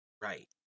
Right